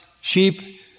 sheep